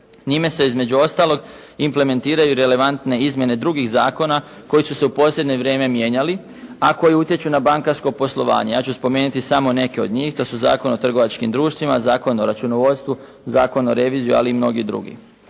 Njime se između ostalog implementiraju relevantne izmjene drugih zakona koji su se u posljednje vrijeme mijenjali, a koji utječu na bankarsko poslovanje. Ja ću spomenuti samo neke od njih. To su Zakon o trgovačkim društvima, Zakon o računovodstvu, Zakon o reviziji, ali i mnogi drugi.